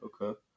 okay